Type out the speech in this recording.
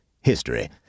history